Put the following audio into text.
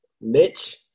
Mitch